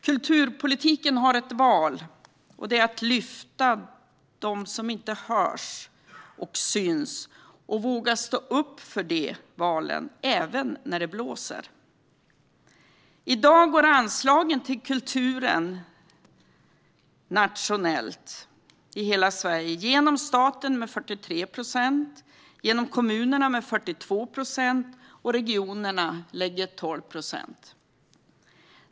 Kulturpolitiken har ett val, och det är att lyfta dem som inte hörs och syns och våga stå upp för de valen även när det blåser. I dag går anslagen till kulturen i hela Sverige nationellt genom staten med 43 procent, genom kommunerna med 42 procent och genom regionerna med 12 procent.